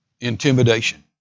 intimidation